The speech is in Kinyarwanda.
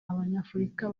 abanyafurika